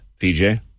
PJ